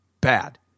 Bad